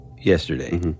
yesterday